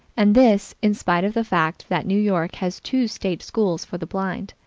and this in spite of the fact that new york has two state schools for the blind.